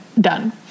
done